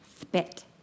spit